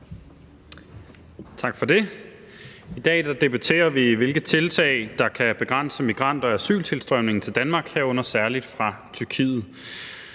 Tak for det. I dag debatterer vi, hvilke tiltag der kan begrænse migrant- og asyltilstrømningen til Danmark, herunder særlig fra Tyrkiet.